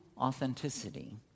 authenticity